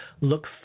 look